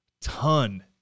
ton